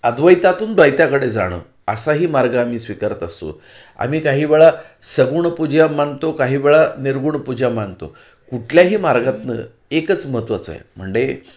अद्वैतातून द्वैताकडे जाणं असाही मार्ग आम्ही स्वीकारत असतो आम्ही काही वेळा सगुण पूजा मानतो काही वेळा निर्गुण पूजा मानतो कुठल्याही मार्गातनं एकच महत्त्वाचं आहे म्हंडे